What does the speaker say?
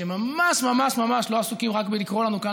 שממש ממש ממש לא עסוקים רק בלקרוא לנו כאן